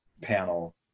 panel